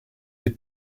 des